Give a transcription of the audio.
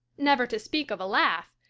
never to speak of a laugh,